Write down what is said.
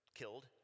killed